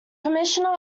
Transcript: commissioner